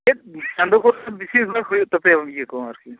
ᱪᱮᱫ ᱪᱟᱸᱫᱚ ᱠᱚ ᱵᱤᱥᱤᱨ ᱵᱷᱟᱜᱽ ᱦᱩᱭᱩᱜ ᱛᱟᱯᱮᱭᱟ ᱤᱭᱟᱹ ᱠᱚ ᱟᱨᱠᱤ